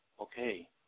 okay